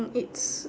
mm it's